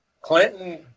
Clinton